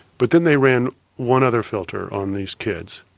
but then they ran one other filter on these kids.